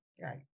Right